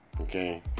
okay